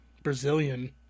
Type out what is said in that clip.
Brazilian